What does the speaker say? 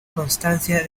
constancia